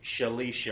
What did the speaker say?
Shalisha